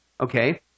Okay